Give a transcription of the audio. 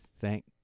thank